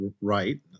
right